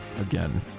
again